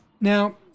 Now